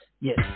Yes